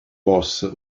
boss